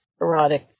erotic